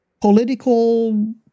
political